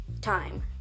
time